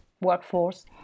workforce